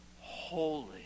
Holy